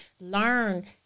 learn